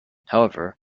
however